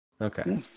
Okay